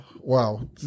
Wow